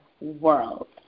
world